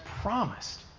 promised